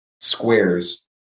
squares